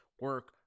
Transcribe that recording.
Work